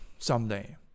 someday